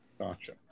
Gotcha